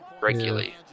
regularly